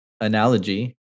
analogy